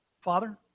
Father